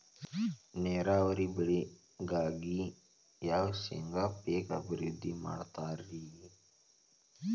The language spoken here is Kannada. ನೇರಾವರಿ ಬೆಳೆಗಾಗಿ ಯಾವ ಶೇಂಗಾ ಪೇಕ್ ಅಭಿವೃದ್ಧಿ ಮಾಡತಾರ ರಿ?